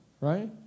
Right